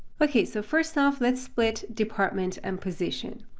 okay, so first off, let's split department and position.